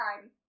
time